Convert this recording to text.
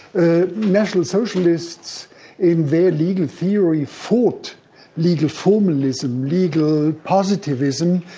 ah national socialists in their legaltheory fought legal formalism, legal positivism,